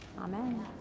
Amen